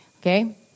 Okay